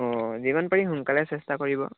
অঁ যিমান পাৰি সোনকালে চেষ্টা কৰিব